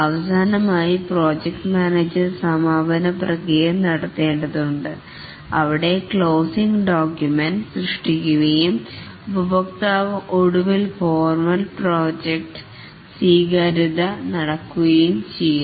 അവസാനമായി project manager സമാപന പ്രക്രിയ നടത്തേണ്ടതുണ്ട് അവിടെ ക്ലോസിങ് ഡോക്യുമെന്റ് സൃഷ്ടിക്കുകയും ഉപഭോക്താവ് ഒടുവിൽ ഫോർമൽ പ്രോജക്റ്റ് സ്വീകാര്യത നടക്കുകയും ചെയ്യുന്നു